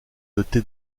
doté